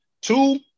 Two